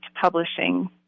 publishing